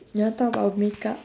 you want talk about makeup